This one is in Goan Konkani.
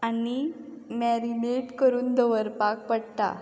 आनी मॅरिनेट करून दवरपाक पडटा